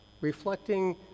reflecting